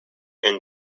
and